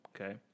Okay